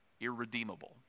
irredeemable